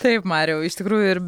taip mariau iš tikrųjų ir